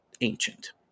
ancient